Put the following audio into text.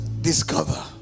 discover